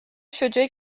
شجاعی